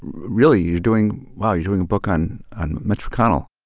really, you're doing wow, you're doing a book on on mitch mcconnell